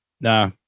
nah